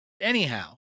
Anyhow